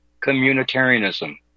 Communitarianism